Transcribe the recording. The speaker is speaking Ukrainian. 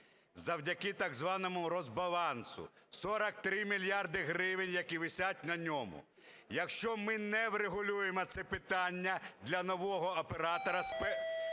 завдяки так званому розбалансу: 43 мільярди гривень, які висять на ньому. Якщо ми не врегулюємо це питання для нового оператора,